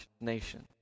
nation